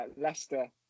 Leicester